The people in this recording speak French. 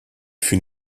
fut